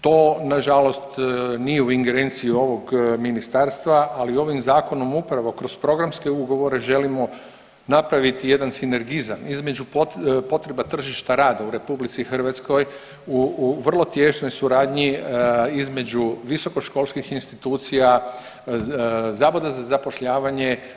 To nažalost nije u ingerenciji ovog ministarstva, ali ovim zakonom upravo kroz programske ugovore želimo napraviti jedan sinergizam između potreba tržišta rada u RH u vrlo tijesnoj suradnji između visokoškolskih institucija, Zavoda za zapošljavanje.